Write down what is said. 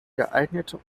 geeignete